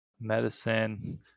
Medicine